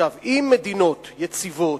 אם מדינות יציבות,